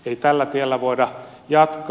ei tällä tiellä voida jatkaa